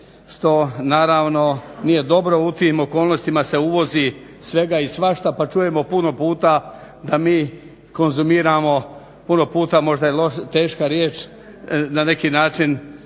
što naravno nije dobro, u tim okolnostima se uvozi svega i svašta pa čujemo puno puta da mi konzumiramo, puno puta možda je teška riječ, ne neki način